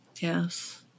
Yes